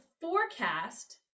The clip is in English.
forecast